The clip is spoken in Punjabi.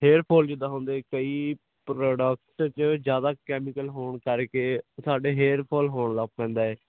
ਹੇਅਰਫੋਲ ਜਿੱਦਾਂ ਹੁੰਦੇ ਕਈ ਪ੍ਰੋਡਕਟ ਜਿਆਦਾ ਕੈਮੀਕਲ ਹੋਣ ਕਰਕੇ ਸਾਡੇ ਹੇਅਰਫੋਲ ਹੋਣ ਲੱਗ ਪੈਂਦਾ ਏ